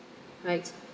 right